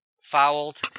fouled